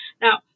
Now